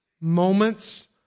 moments